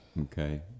Okay